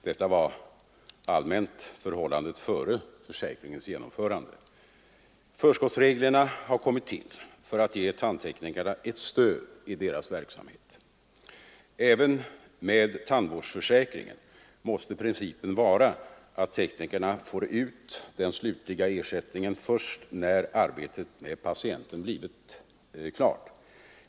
Detta var allmänt förhållandet före försäkringens genomförande. Förskottsreglerna har kommit till för att ge tandteknikerna ett stöd i deras verksamhet. Även med tandvårdsförsäkringen måste principen vara att tandteknikerna får ut den slutliga ersättningen först när arbetet med patienten blivit klart.